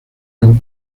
and